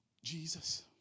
Jesus